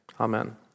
Amen